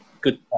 good